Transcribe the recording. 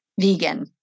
vegan